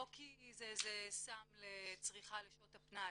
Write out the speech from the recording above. לא כי זה סם לצריכה לשעות הפנאי.